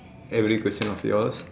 every question of yours